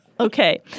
Okay